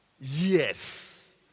Yes